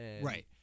Right